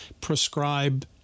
prescribe